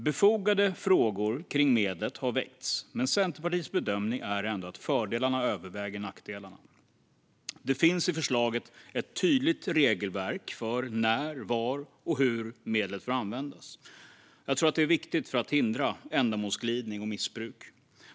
Befogade frågor kring medlet har väckts, men Centerpartiets bedömning är ändå att fördelarna överväger nackdelarna. Det finns i förslaget ett tydligt regelverk för när, var och hur medlet får användas. Detta tror jag är viktigt för att hindra ändamålsglidning och missbruk.